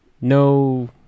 no